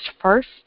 first